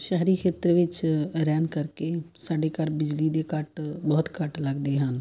ਸ਼ਹਿਰੀ ਖੇਤਰ ਵਿੱਚ ਰਹਿਣ ਕਰਕੇ ਸਾਡੇ ਘਰ ਬਿਜਲੀ ਦੇ ਕੱਟ ਬਹੁਤ ਘੱਟ ਲੱਗਦੇ ਹਨ